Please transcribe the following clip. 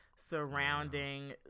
surrounding